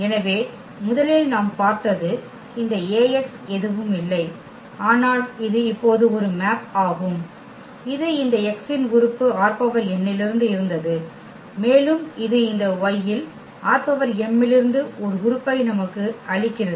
எனவே முதலில் நாம் பார்த்தது இந்த Ax எதுவும் இல்லை ஆனால் இது இப்போது ஒரு மேப் ஆகும் இது இந்த x இன் உறுப்பு ℝn இலிருந்து இருந்தது மேலும் இது இந்த y இல் ℝm இலிருந்து ஒரு உறுப்பை நமக்கு அளிக்கிறது